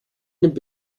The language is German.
nimmt